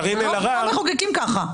לא מחוקקים ככה.